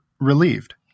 relieved